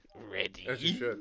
Ready